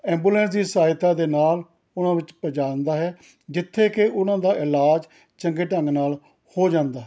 ambulance ਦੀ ਸਹਾਇਤਾ ਦੇ ਨਾਲ ਉਹਨਾਂ ਵਿੱਚ ਪਹੁੰਚਾ ਦਿੰਦਾ ਹੈ ਜਿੱਥੇ ਕਿ ਉਹਨਾਂ ਦਾ ਇਲਾਜ ਚੰਗੇ ਢੰਗ ਨਾਲ ਹੋ ਜਾਂਦਾ ਹੈ